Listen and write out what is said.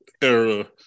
era